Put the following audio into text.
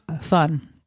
fun